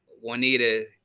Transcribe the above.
Juanita